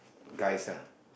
guys ah